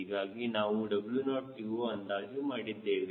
ಹೀಗಾಗಿ ನಾವು TO ಅಂದಾಜು ಮಾಡಿದ್ದೇವೆ